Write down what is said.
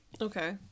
Okay